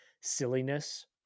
silliness